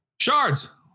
Shards